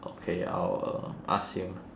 okay I will ask him